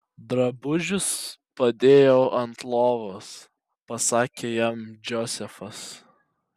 drabužius padėjau ant lovos pasakė jam džozefas